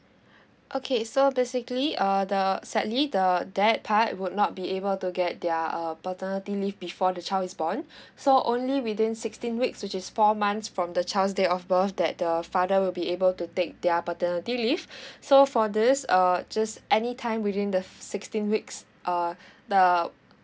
okay so basically uh the sadly the dad part would not be able to get their uh paternity leave before the child is born so only within sixteen weeks which is four months from the child's date of birth that the father will be able to take their paternity leave so for this err just anytime within the sixteen weeks uh the